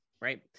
Right